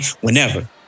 whenever